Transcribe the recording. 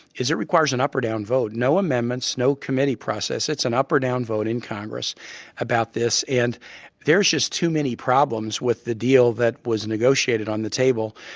it requires an up or down vote, no amendments, no committee process. it's an up or down vote in congress about this. and there's just too many problems with the deal that was negotiated on the table,